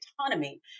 autonomy